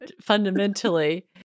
fundamentally